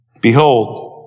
behold